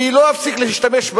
אני לא אפסיק להשתמש,